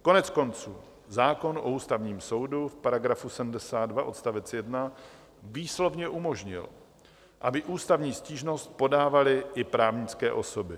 Koneckonců zákon o Ústavním soudu v § 72 odst. 1 výslovně umožnil, aby ústavní stížnost podávaly i právnické osoby.